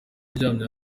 uryamye